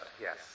Yes